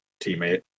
teammate